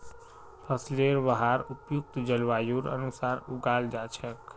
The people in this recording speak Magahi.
फसलेर वहार उपयुक्त जलवायुर अनुसार उगाल जा छेक